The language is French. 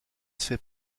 fait